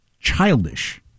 childish